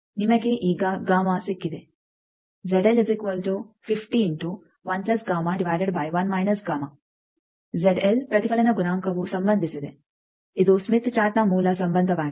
ಆದ್ದರಿಂದ ನಿಮಗೆ ಈಗ ಗಾಮಾ ಸಿಕ್ಕಿದೆ ಪ್ರತಿಫಲನ ಗುಣಾಂಕವು ಸಂಬಂಧಿಸಿದೆ ಇದು ಸ್ಮಿತ್ ಚಾರ್ಟ್ನ ಮೂಲ ಸಂಬಂಧವಾಗಿದೆ